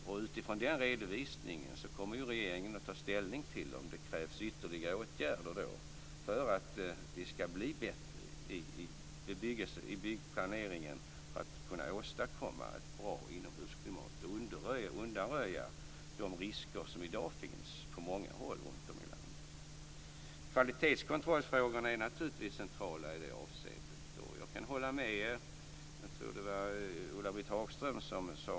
Och utifrån den redovisningen kommer regeringen att ta ställning till om det krävs ytterligare åtgärder för att vi ska bli bättre i byggplaneringen för att vi ska kunna åstadkomma ett bra inomhusklimat och undanröja de risker som i dag finns på många håll runtom i landet. Kvalitetskontrollfrågorna är naturligtvis centrala i det avseendet. Och jag kan hålla med om att kompetensen på beställarsidan är oerhört central.